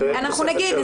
אנחנו נגיד,